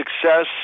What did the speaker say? success